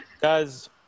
Guys